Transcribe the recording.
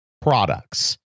products